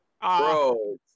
Bro